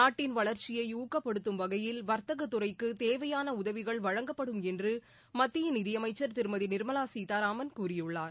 நாட்டின் வளர்ச்சியை ஊக்கப்படுத்தும் வகையில் வர்த்தகத்துறைக்கு தேவையான உதவிகள் வழங்கப்படும் என்று மத்திய நிதியமைச்சர் திருமதி நிர்மலா சீதாராமன் கூறியுள்ளார்